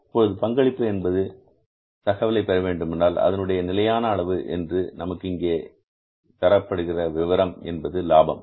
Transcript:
இப்போது பங்களிப்பு என்பது பங்களிப்பு என்கிற தகவலை பெறவேண்டுமென்றால் அதனுடைய நிலையான அளவு என்று நமக்கு இங்கே தரப்படுகிறது விவரம் என்பது லாபம்